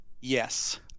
Yes